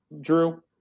drew